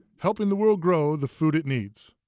helping the world grow the food it needs.